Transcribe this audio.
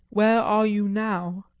where are you now?